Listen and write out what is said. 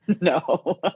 No